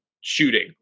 shooting